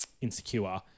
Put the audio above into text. insecure